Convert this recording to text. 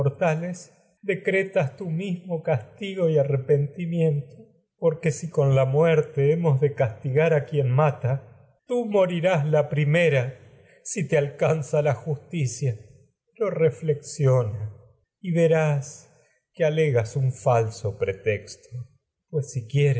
decretas que tú tu mismo castigo y arrepentimiento por si con la muerte hemos de castigar a primera si te alcanza la que quien mata morirás la justicia pero re flexiona y verás por alegas un falso pretexto pues si quieres